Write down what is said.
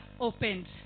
opened